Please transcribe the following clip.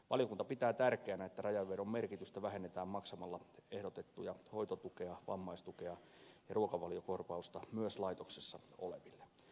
valiokunta pitää tärkeänä että rajanvedon merkitystä vähennetään maksamalla ehdotettuja hoitotukea vammaistukea ja ruokavaliokorvausta myös laitoksessa oleville